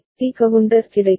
D counter கிடைக்கும்